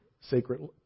sacred